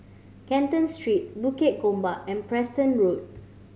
Canton Street Bukit Gombak and Preston Road